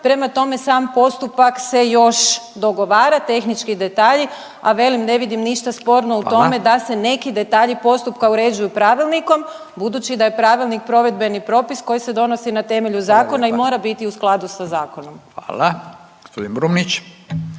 Prema tome, sam postupak se još dogovara, tehnički detalji, a velim, ne vidim ništa sporno u tome da se … .../Upadica: Hvala./... neki detalji postupka uređuju pravilnikom, budući da je pravilnik provedbe propis koji se donosi na temelju zakona … .../Upadica: Hvala